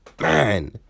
man